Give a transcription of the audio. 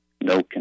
no